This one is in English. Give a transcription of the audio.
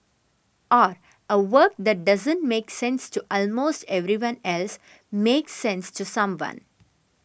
or a work that doesn't make sense to almost everyone else makes sense to someone